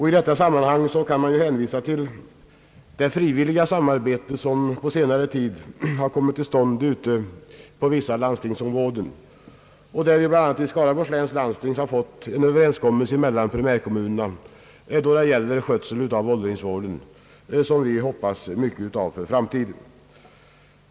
I detta sammanhang kan jag hänvisa till det frivilliga samarbete som på senare tid kommit till stånd inom vissa landstingsområden, där vi bl.a. i Skaraborgs län har fått en överenskommelse mellan primärkommunerna och landstinget beträffande skötseln av åldringsvården, som vi väntar oss mycket av för framtiden.